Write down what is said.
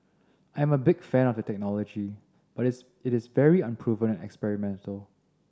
I am a big fan of the technology but is it is very unproven and experimental